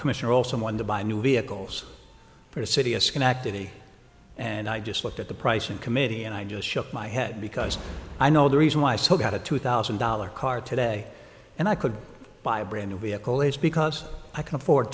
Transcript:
commissioner all someone to buy new vehicles for the city of schenectady and i just looked at the price in committee and i just shook my head because i know the reason why i still got a two thousand dollars car today and i could buy a brand new vehicle is because i can afford